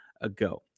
ago